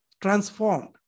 transformed